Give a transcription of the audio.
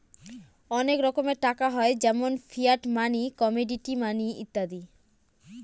অনেক রকমের টাকা হয় যেমন ফিয়াট মানি, কমোডিটি মানি ইত্যাদি